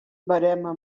verema